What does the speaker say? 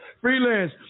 Freelance